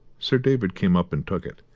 sir david came up and took it.